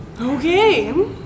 okay